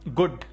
good